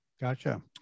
Gotcha